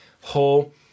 whole